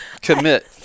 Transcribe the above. commit